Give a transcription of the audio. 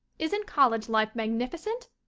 isn't college life magnificent?